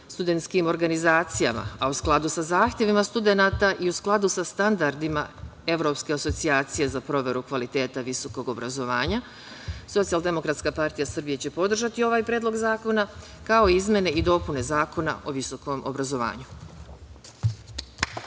studentskim organizacijama, a u skladu sa zahtevima studenata i u skladu sa standardima Evropske asocijacije za proveru kvaliteta visokog obrazovanja, SDPS će podržati ovaj predlog zakona, kao i izmene i dopune Zakona o visokom obrazovanju.